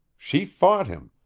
she fought him.